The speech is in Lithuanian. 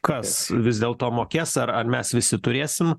kas vis dėlto mokės ar ar mes visi turėsim